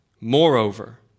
Moreover